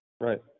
Right